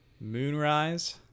Moonrise